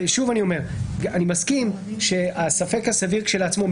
שוב אני אומר שאני מסכים שהספק הסביר כשלעצמו,